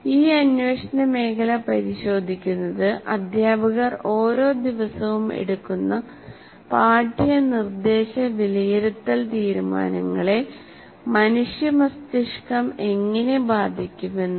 ഈ അന്വേഷണ മേഖല പരിശോധിക്കുന്നത് അധ്യാപകർ ഓരോ ദിവസവും എടുക്കുന്ന പാഠ്യ നിർദ്ദേശ വിലയിരുത്തൽ തീരുമാനങ്ങളെ മനുഷ്യ മസ്തിഷ്കം എങ്ങനെ ബാധിക്കുമെന്നാണ്